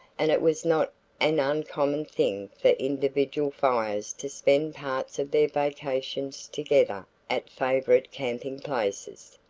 and it was not an uncommon thing for individual fires to spend parts of their vacations together at favorite camping places.